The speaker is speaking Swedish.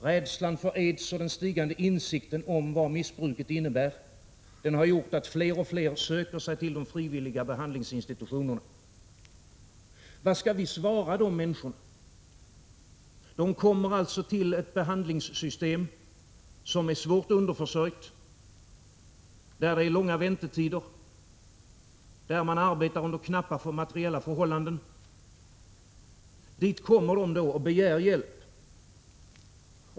Rädslan för aids och den stigande insikten om vad missbruket innebär har gjort att fler och fler söker sig till de frivilliga behandlingsinstitutionerna. Vad skall vi svara de människorna? De kommer alltså till ett behandlingssystem som är svårt underförsörjt, där det är långa väntetider, där man arbetar under knappa materiella förhållanden, och begär hjälp.